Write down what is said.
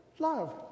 Love